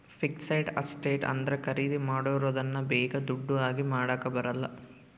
fixed asset ಅಂದ್ರೆ ಖರೀದಿ ಮಾಡಿರೋದನ್ನ ಬೇಗ ದುಡ್ಡು ಆಗಿ ಮಾಡಾಕ ಬರಲ್ಲ